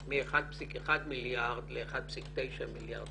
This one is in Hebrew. מ-1.1 מיליארד ל-1.9 מיליארד.